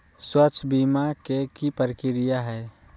स्वास्थ बीमा के की प्रक्रिया है?